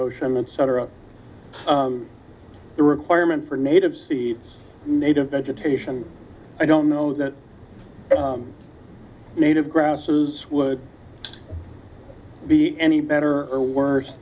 ocean and cetera the requirement for native seeds native vegetation i don't know that native grasses would be any better or worse